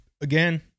Again